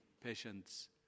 patients